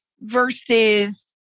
versus